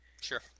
Sure